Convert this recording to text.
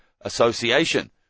Association